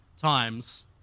times